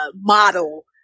model